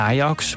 Ajax